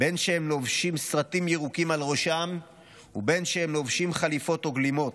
בין שהם לובשים סרטים ירוקים על ראשם ובין שהם לובשים חליפות וגלימות: